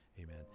Amen